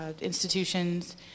institutions